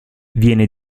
viene